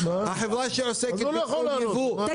החברה שעוסקת בתחום ייבוא ובהפעלת בית מטבחיים,